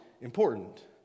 important